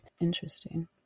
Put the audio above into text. Interesting